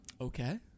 Okay